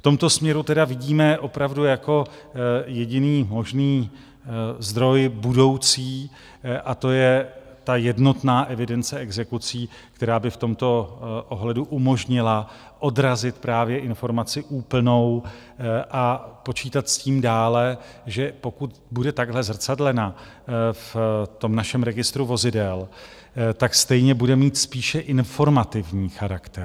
V tomto směru tedy vidíme opravdu jako jediný možný zdroj budoucí a to je ta jednotná evidence exekucí, která by v tomto ohledu umožnila odrazit právě informaci úplnou, a počítat s tím dále, že pokud bude takhle zrcadlena v našem registru vozidel, stejně bude mít spíše informativní charakter.